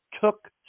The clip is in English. took